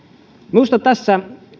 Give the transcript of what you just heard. minusta tässä